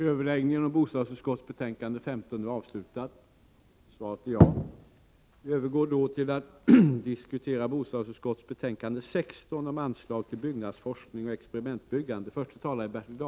Kammaren övergår nu till att debattera bostadsutskottets betänkande 16 om anslag till byggnadsforskning och experimentbyggande m.m.